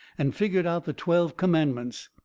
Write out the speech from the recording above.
and figgered out the twelve commandments.